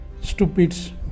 stupids